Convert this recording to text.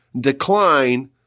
decline